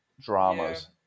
dramas